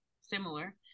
similar